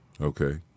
Okay